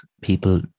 people